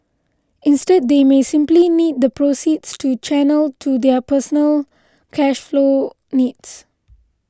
instead they may simply need the proceeds to channel into their personal cash flow needs